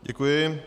Děkuji.